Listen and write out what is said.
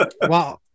Wow